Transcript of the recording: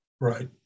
Right